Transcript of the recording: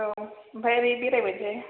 औ ओमफ्राय ओरै बेरायबोसै